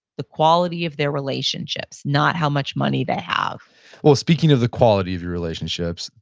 the quality of their relationships, not how much money they have well, speaking of the quality of your relationships,